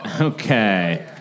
Okay